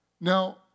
Now